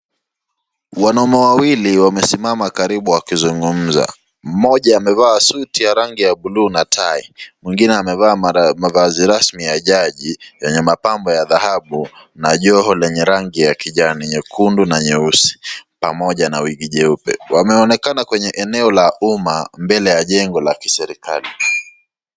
Wanaume wawili wamesimama karibu wakizungumza, mmoja amevaa suti ya rangi ya buluu na tai, mwingine amevaa mavazi rasmi ya jaji yenye mapambo ya dhahabu na joho lenye rangi ya kijani, nyekundu na nyeusi pamoja na wigi jeupe. Wameonekana kwenye eneo la umma mbele ya jengo la kiserikali.